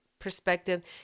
perspective